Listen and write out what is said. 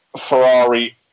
Ferrari